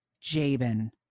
Jabin